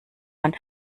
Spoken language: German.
man